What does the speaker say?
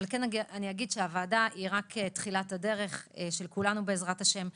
אבל אגיד שהוועדה היא רק תחילת הדרך של כולנו בעזרת השם.